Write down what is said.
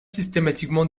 systématiquement